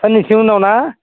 साननैसो उनाव ना